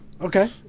Okay